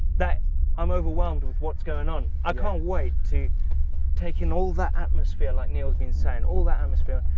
that i'm overwhelmed with what's going on. i can't wait to take in all that atmosphere like neil's been saying. all that atmosphere.